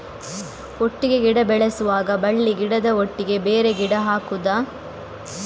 ಒಟ್ಟಿಗೆ ಗಿಡ ಬೆಳೆಸುವಾಗ ಬಳ್ಳಿ ಗಿಡದ ಒಟ್ಟಿಗೆ ಬೇರೆ ಗಿಡ ಹಾಕುದ?